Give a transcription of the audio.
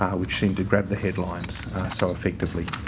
which seem to grab the headlines so effectively.